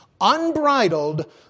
unbridled